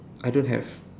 I don't have